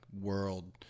world